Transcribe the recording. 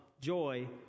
joy